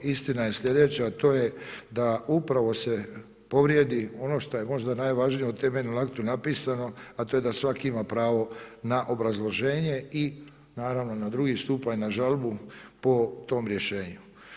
Istina je sljedeća, a to je da upravo se povrijedi ono šta je možda najvažnije u temeljnom aktu napisano, a to je da svako ima pravo na obrazloženje i naravno na drugi stupanj na žalbu po tom rješenju.